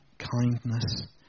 kindness